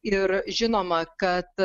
ir žinoma kad